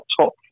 top